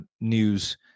news